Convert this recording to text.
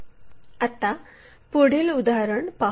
आता पुढील उदाहरण पाहू